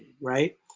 right